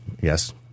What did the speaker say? yes